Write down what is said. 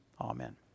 Amen